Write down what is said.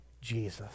Jesus